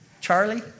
Charlie